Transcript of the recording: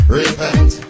repent